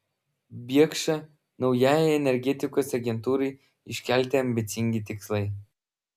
biekša naujajai energetikos agentūrai iškelti ambicingi tikslai